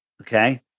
Okay